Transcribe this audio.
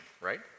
right